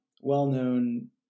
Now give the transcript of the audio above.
well-known